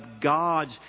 God's